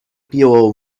pillow